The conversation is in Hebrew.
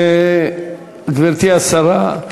גברתי השרה,